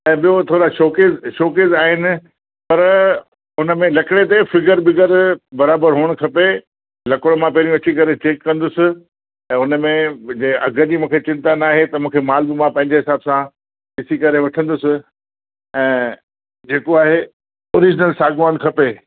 ऐं ॿियो थोरा शोकेस शोकेस आहिनि पर हुन में लकिड़े ते फ़िगर विगर बराबरु हुअणु खपे लकिड़ो मां पंहिंजो अची करे चैक कंदुसि ऐं उन में अघ जी मूंखे चिंता नाहे त मूंखे मालु बि मां पंहिंजे हिसाब सां ॾिसी करे वठंदुसि ऐं जेको आहे पूरी तरह साॻवान खपे